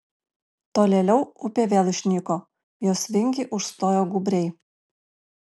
tolėliau upė vėl išnyko jos vingį užstojo gūbriai